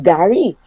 Gary